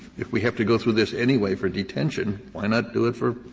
if we have to go through this anyway for detention, why not do it for